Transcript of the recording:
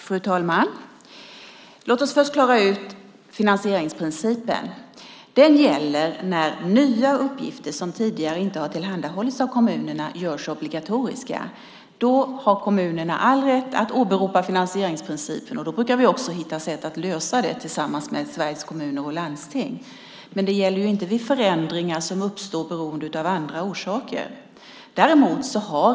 Fru talman! Låt oss först klara ut finansieringsprincipen. Den gäller när nya uppgifter som tidigare inte har tillhandahållits av kommunerna görs obligatoriska. Då har kommunerna all rätt att åberopa finansieringsprincipen, och då brukar vi också hitta sätt att lösa det tillsammans med Sveriges Kommuner och Landsting. Det gäller dock inte vid förändringar som uppstår av andra orsaker.